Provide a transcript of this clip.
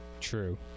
True